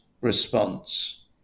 response